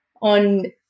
on